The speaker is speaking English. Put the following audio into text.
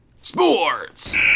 Sports